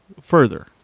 further